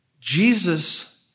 Jesus